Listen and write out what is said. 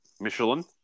Michelin